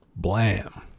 Blam